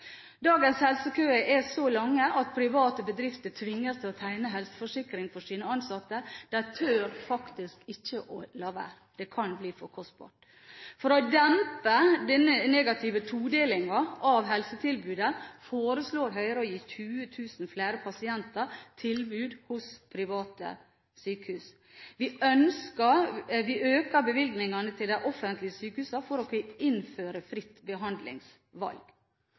Dagens helsekøer er så lange at private bedrifter tvinges til å tegne helseforsikringer for sine ansatte. De tør faktisk ikke å la være. Det kan bli for kostbart. For å dempe denne negative todelingen av helsetilbudet, foreslår Høyre å gi 20 000 flere pasienter tilbud ved private sykehus. Vi øker bevilgningene til de offentlige sykehusene for å kunne innføre fritt behandlingsvalg.